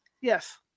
Yes